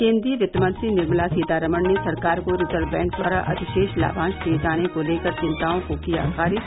केन्द्रीय वित्तमंत्री निर्मला सीतारामन ने सरकार को रिजर्व बैंक द्वारा अतिशेष लाभांश दिए जाने को लेकर चिंताओं को किया खारिज